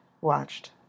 watched